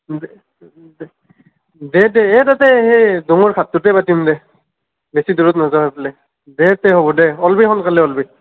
দে দে হেই তাতে হেই সাতটাতে পাতিম দে বেছি দূৰত নাযাওঁ সেইফালে দে দে হ'ব দে ওলাবি সোনকালে ওলাবি